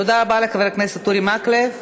תודה רבה לחבר הכנסת אורי מקלב.